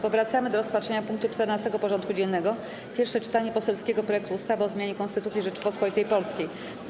Powracamy do rozpatrzenia punktu 14. porządku dziennego: Pierwsze czytanie poselskiego projektu ustawy o zmianie Konstytucji Rzeczypospolitej Polskiej.